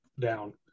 down